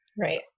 Right